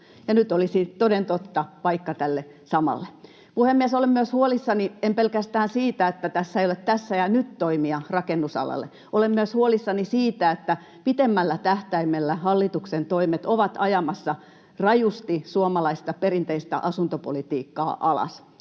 nyt olisi, toden totta, paikka tälle samalle. Puhemies! En ole huolissani pelkästään siitä, että tässä ei ole tässä ja nyt ‑toimia rakennusalalle, vaan olen huolissani myös siitä, että pitemmällä tähtäimellä hallituksen toimet ovat ajamassa rajusti suomalaista perinteistä asuntopolitiikkaa alas.